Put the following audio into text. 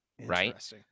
right